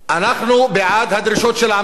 אנחנו בעד הדרישות של העם הסורי,